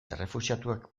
errefuxiatuak